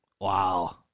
Wow